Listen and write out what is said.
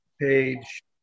Page